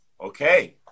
Okay